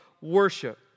worship